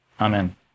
Amen